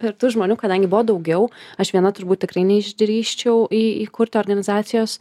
ir tų žmonių kadangi buvo daugiau aš viena turbūt tikrai neišdrįsčiau į įkurti organizacijos